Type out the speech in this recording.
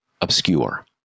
obscure